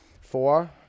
four